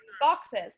boxes